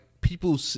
people